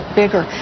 bigger